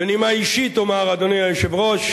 בנימה אישית אומר, אדוני היושב-ראש,